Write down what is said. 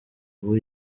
ubu